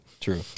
True